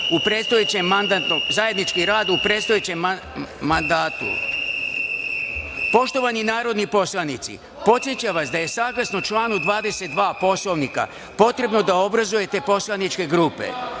u predstojećem mandatu. Poštovani narodni poslanici, podsećam vas da je, saglasno članu 22. Poslovnika, potrebno da obrazujete poslaničke grupe. Takođe